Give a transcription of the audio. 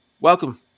Welcome